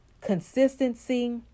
consistency